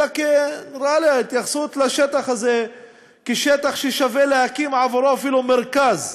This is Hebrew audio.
אלא התייחסות לשטח הזה כשטח ששווה להקים עבורו אפילו מרכז,